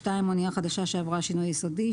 אנייה חדשה שעברה שינוי יסודי.